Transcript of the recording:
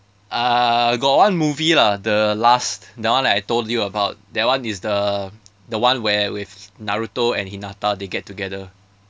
uh got one movie lah the last that one like I told you about that one is the the one where with naruto and hinata they get together